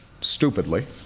stupidly